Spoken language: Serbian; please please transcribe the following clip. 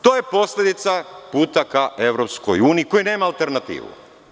To je posledica puta ka EU, koji nema alternativu.